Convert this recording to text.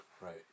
Right